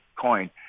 coin